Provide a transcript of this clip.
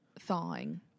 thawing